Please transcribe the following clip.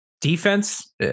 defense